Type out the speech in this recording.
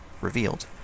revealed